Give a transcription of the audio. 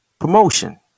Promotion